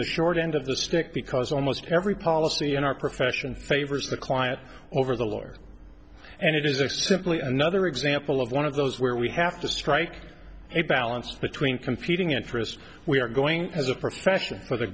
the short end of the stick because almost every policy in our profession favors the client over the lawyer and it is a simply another example of one of those where we have to strike a balance between competing interests we are going as a profession for the